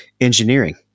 engineering